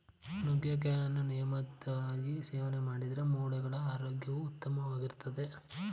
ನುಗ್ಗೆಕಾಯಿಯನ್ನು ನಿಯಮಿತವಾಗಿ ಸೇವನೆ ಮಾಡಿದ್ರೆ ಮೂಳೆಗಳ ಆರೋಗ್ಯವು ಉತ್ತಮವಾಗಿರ್ತದೆ